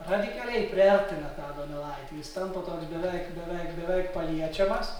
radikaliai priartina tą donelaitį jis tampa toks beveik beveik beveik paliečiamas